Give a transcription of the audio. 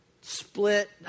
split